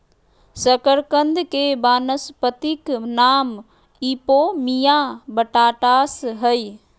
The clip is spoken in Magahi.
शकरकंद के वानस्पतिक नाम इपोमिया बटाटास हइ